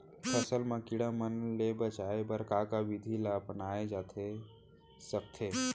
फसल ल कीड़ा मन ले बचाये बर का का विधि ल अपनाये जाथे सकथे?